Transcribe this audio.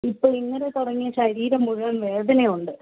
ഇപ്പോൾ ഇന്നലെ തുടങ്ങി ശരീരം മുഴുവൻ വേദനയുണ്ട്